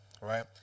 right